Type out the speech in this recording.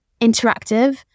interactive